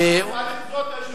יהיה לכבוד, כבוד היושב-ראש.